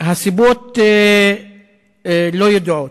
הסיבות לא ידועות.